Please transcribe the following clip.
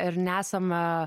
ir nesame